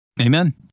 Amen